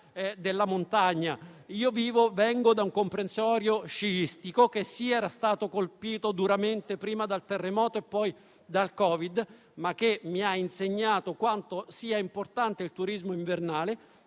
Vengo da un comprensorio sciistico, che è stato colpito duramente prima dal terremoto e poi dal Covid, ma mi ha insegnato quanto sia importante il turismo invernale